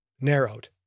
narrowed